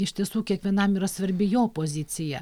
iš tiesų kiekvienam yra svarbi jo pozicija